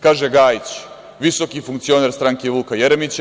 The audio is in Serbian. Kaže Gajić, visoki funkcioner stranke Vuka Jeremića.